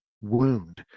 wound